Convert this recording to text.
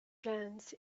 glance